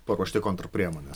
paruošti kontrpriemones